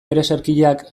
ereserkiak